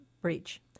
breach